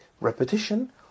Repetition